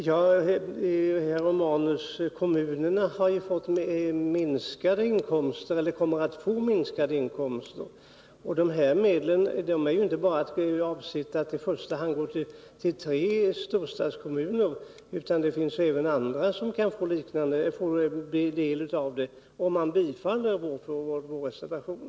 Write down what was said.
Herr talman! Men, herr Romanus, kommunerna kommer att få minskade inkomster. Vidare är de här medlen inte bara avsedda att i första hand gå till tre storstadskommuner, utan även andra kan få del av dem, om kammaren bifaller vår reservation.